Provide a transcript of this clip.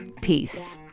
and peace